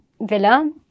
villa